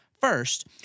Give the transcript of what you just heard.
First